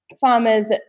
farmers